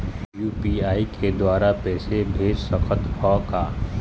UPI के द्वारा पैसा भेज सकत ह का?